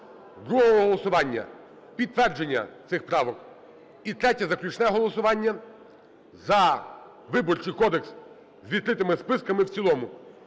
друге голосування – підтвердження цих правок і третє заключне голосування – за Виборчий кодекс з відкритими списками в цілому.